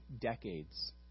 decades